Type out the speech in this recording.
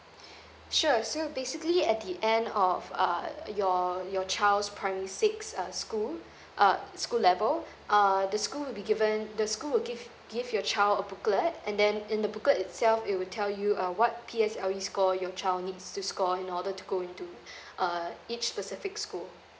sure so basically at the end of uh your your child's primary six uh school uh school level uh the school will be given the school will give give your child a booklet and then in the booklet itself it will tell you uh what P_S_L_E score your child needs to score in order to go into uh each specific school